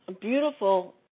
beautiful